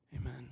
amen